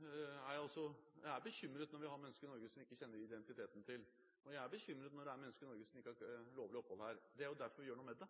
Jeg er bekymret når vi har mennesker i Norge som vi ikke kjenner identiteten til. Jeg er bekymret når det er mennesker i Norge som ikke har lovlig opphold her. Det er derfor vi gjør noe med det.